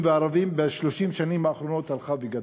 לערבים ב-30 שנים האחרונות הלך וגדל.